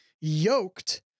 yoked